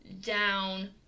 down